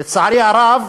לצערי הרב,